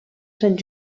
sant